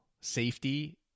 safety